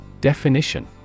Definition